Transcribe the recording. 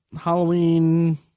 Halloween